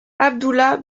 abdullah